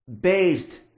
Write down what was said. based